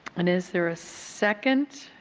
and is there a second?